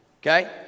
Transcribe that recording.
Okay